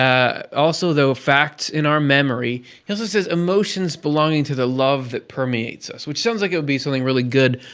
yeah also though facts in our memory. he also says emotions belonging to the love that permeates us, which sounds like it would be something really good,